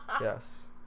Yes